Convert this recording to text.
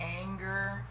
anger